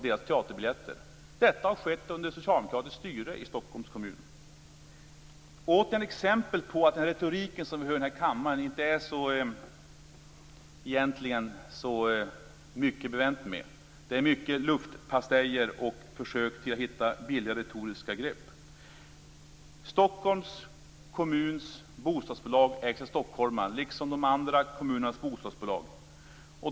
Detta har skett under socialdemokratiskt styre i Det är åter ett exempel på att den retorik som vi hör i denna kammare egentligen inte är så mycket bevänt med. Det är mycket luftpastejer och försök till att hitta billiga retoriska grepp. Stockholms kommuns bostadsbolag ägs av stockholmare, liksom de andra kommunernas bostadsbolag.